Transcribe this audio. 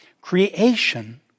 Creation